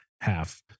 half